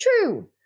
True